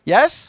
Yes